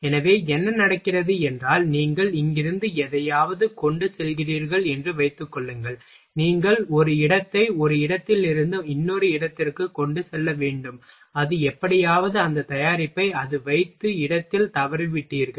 எனவே என்ன நடக்கிறது என்றால் நீங்கள் இங்கிருந்து எதையாவது கொண்டு செல்கிறீர்கள் என்று வைத்துக் கொள்ளுங்கள் நீங்கள் ஒரு இடத்தை ஒரு இடத்திலிருந்து இன்னொரு இடத்திற்கு கொண்டு செல்ல வேண்டும் அது எப்படியாவது அந்த தயாரிப்பை அது வைத்த இடத்தில் தவறவிட்டீர்கள்